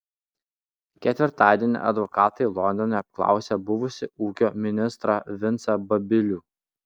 ketvirtadienį advokatai londone apklausė buvusį ūkio ministrą vincą babilių